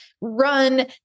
run